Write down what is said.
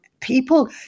people